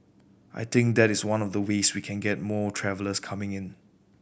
I think that is one of the ways we can get more travellers coming in